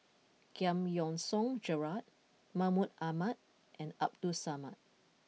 Giam Yean Song Gerald Mahmud Ahmad and Abdul Samad